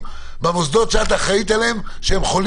אבל אני מקווה שאתם מגובשים לגבי הנושא של העובד הסוציאלי שיהיה בכל